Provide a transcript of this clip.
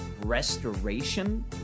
restoration